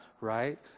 right